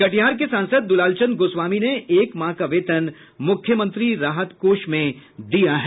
कटिहार के सांसद द्रलाल चंद गोस्वामी ने एक माह का वेतन मुख्यमंत्री राहत कोष में दिया है